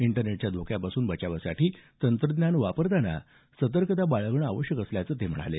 इंटरनेटच्या धोक्यांपासून बचावासाठी तंत्रज्ञान वापरतांना सतर्कता बाळगणं आवश्यक असल्याचं ते म्हणाले